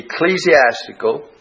ecclesiastical